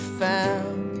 found